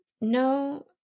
no